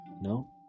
no